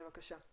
בבקשה.